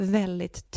väldigt